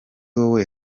wowe